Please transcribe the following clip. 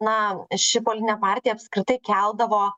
na ši politinė partija apskritai keldavo